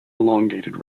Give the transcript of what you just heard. elongated